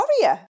warrior